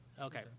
okay